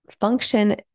function